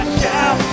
shout